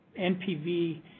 NPV